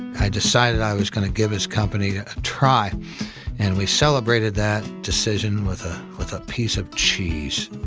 i decided i was gonna give this company a try and we celebrated that decision with ah with a piece of cheese.